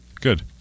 Good